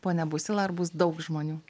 ponia busila ar bus daug žmonių